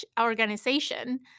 organization